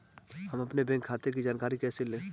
हम अपने बैंक खाते की जानकारी कैसे लें?